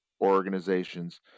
organizations